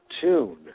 tune